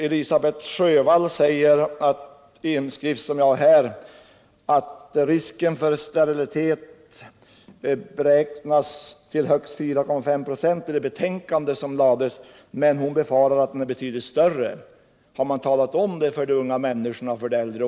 Elisabet Sjövall säger i en skrift, som jag har här, att risken för sterilitet beräknades till högst 4,5 96 i det betänkande som lades fram, men hon befarade att risken var betydligt större. Har man talat om det för de unga människorna, och de äldre?